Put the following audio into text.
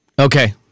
Okay